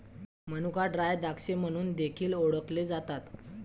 मनुका ड्राय द्राक्षे म्हणून देखील ओळखले जातात